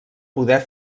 poder